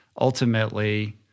ultimately